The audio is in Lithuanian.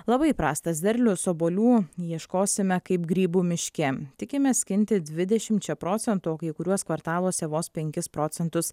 labai prastas derlius obuolių ieškosime kaip grybų miške tikimės skinti dvidešimčia procentų o kai kuriuos kvartaluose vos penkis procentus